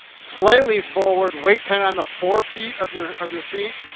slightly forward, weight kinda on the forefeet of your of your feet.